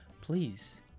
please